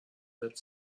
that